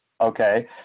Okay